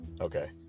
Okay